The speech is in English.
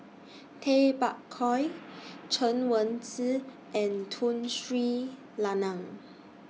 Tay Bak Koi Chen Wen Hsi and Tun Sri Lanang